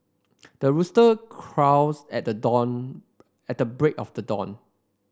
the rooster crows at the dawn at the break of the dawn